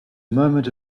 moment